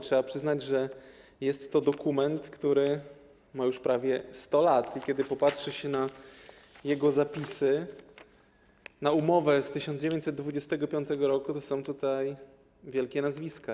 Trzeba przyznać, że jest to dokument, który ma już prawie 100 lat, i kiedy popatrzy się na jego zapisy, na umowę z 1925 r., to znajdzie się tutaj wielkie nazwiska.